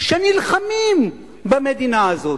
שנלחמים במדינה הזאת.